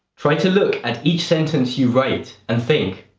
try to look at each sentence you write and think,